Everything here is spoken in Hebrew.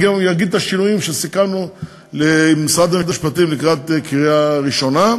גם אגיד את השינויים שסיכמנו עם משרד המשפטים לקראת הקריאה הראשונה,